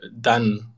done